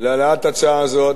להעלאת הצעה זו